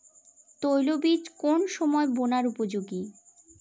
তৈলবীজ কোন সময়ে বোনার উপযোগী?